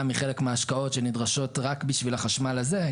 מחלק מההשקעות שנדרשות רק בשביל החשמל הזה,